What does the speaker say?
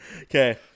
Okay